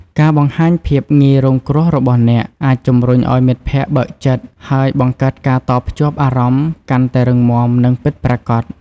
ការបង្ហាញភាពងាយរងគ្រោះរបស់អ្នក អាចជំរុញឱ្យមិត្តភក្តិបើកចិត្ត ហើយបង្កើតការតភ្ជាប់អារម្មណ៍កាន់តែរឹងមាំ និងពិតប្រាកដ។